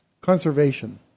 conservation